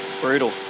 brutal